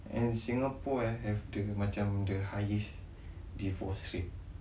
and singapore eh have the macam the highest divorce rate